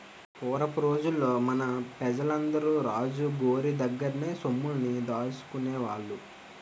పూరపు రోజుల్లో మన పెజలందరూ రాజు గోరి దగ్గర్నే సొమ్ముల్ని దాసుకునేవాళ్ళు